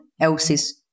else